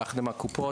יחד עם הקופות,